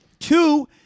Two